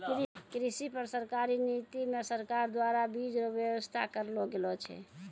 कृषि पर सरकारी नीति मे सरकार द्वारा बीज रो वेवस्था करलो गेलो छै